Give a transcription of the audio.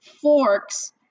forks